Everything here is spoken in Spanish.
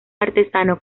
artesano